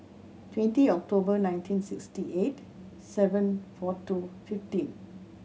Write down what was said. twenty October nineteen sixty eight seven four two fifteen